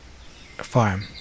farm